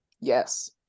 Yes